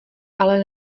ale